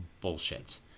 bullshit